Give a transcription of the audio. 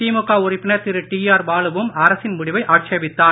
திமுக உறுப்பினர் திரு டிஆர் பாலுவும் அரசின் முடிவை ஆட்சேபித்தார்